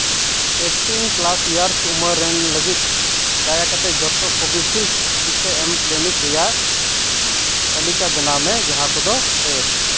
eighteen plus years ᱩᱢᱮᱨ ᱨᱮᱱ ᱞᱟᱹᱜᱤᱫ ᱫᱟᱭᱟ ᱠᱟᱛᱮᱫ ᱡᱷᱚᱛᱚ ᱠᱳᱵᱷᱤᱥᱤᱞᱰ ᱴᱤᱠᱟᱹ ᱮᱢ ᱠᱞᱤᱱᱤᱠ ᱨᱮᱭᱟᱜ ᱛᱟᱹᱞᱤᱠᱟ ᱵᱮᱱᱟᱣ ᱢᱮ ᱡᱟᱦᱟᱸ ᱠᱚᱫᱚ ᱯᱮᱰ